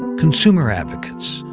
consumer advocates,